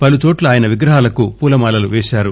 పలుచోట్ల ఆయన విగ్రహాలకు పూల మాలలు పేశారు